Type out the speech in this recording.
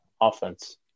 offense